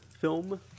film